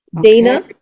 Dana